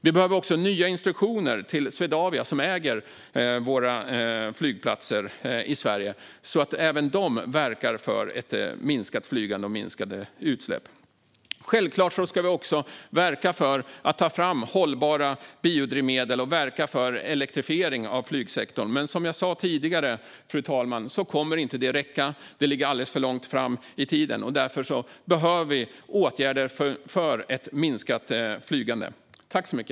Vi behöver också nya instruktioner till Swedavia, som äger våra svenska flygplatser, så att även de verkar för ett minskat flygande och minskade utsläpp. Självklart ska vi också verka för att ta fram hållbara biodrivmedel och för elektrifiering av flygsektorn. Men som jag sa tidigare, fru talman, kommer det inte att räcka. Det ligger alldeles för långt fram i tiden. Därför behöver vi åtgärder för ett minskat flygande.